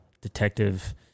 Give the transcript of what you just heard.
detective